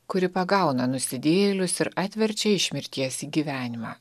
kuri pagauna nusidėjėlius ir atverčia iš mirties į gyvenimą